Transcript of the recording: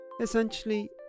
Essentially